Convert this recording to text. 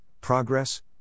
progress